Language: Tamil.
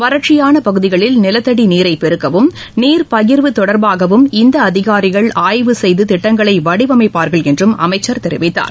வறட்சியான பகுதிகளில் நிலத்தடி நீரை பெருக்கவும் நீர் பகிர்வு தொடர்பாகவும் இந்த அதிகாரிகள் ஆய்வு செய்து திட்டங்களை வடிவமைப்பார்கள் என்றும் அமைச்சர் தெரிவித்தார்